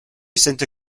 sainte